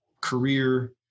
career